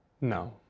No